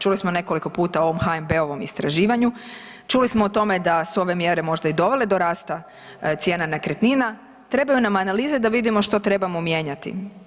Čuli smo nekoliko puta o HNB-ovom istraživanju, čuli smo o tome da su ove mjere možda i dovede do rasta cijena nekretnina, trebaju nam analize da vidimo što trebamo mijenjati.